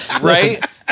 right